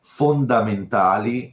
fondamentali